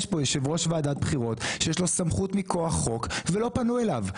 כאן יושב ראש ועדת בחירות שיש לו סמכות מכוח חוק ולא פנו אליו.